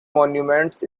monuments